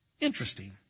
Interesting